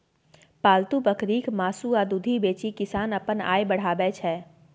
पालतु बकरीक मासु आ दुधि बेचि किसान अपन आय बढ़ाबै छै